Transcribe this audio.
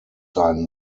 sein